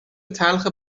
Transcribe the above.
تلخ